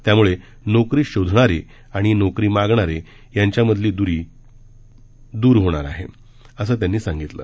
यामुळे नोकरी शोधणारे आणि नोकरी मागणारे यांच्यामधील दरी दूर होणार आहे असं त्यांनी सांगितलं